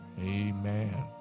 Amen